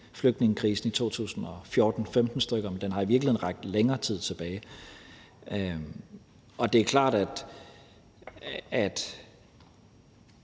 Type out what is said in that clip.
flygtningekrisen i 2014-15, men den rækker i virkeligheden længere tid tilbage. Det er klart, at